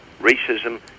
racism